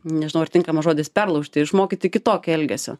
nežinau ar tinkamas žodis perlaužti išmokyti kitokio elgesio